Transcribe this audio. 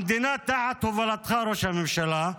המדינה תחת הובלתך, ראש הממשלה,